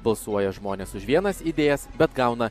balsuoja žmonės už vienas idėjas bet gauna